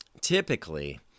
typically